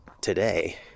today